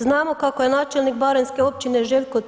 Znamo kako je načelnik baranjske općine Željko